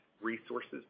resources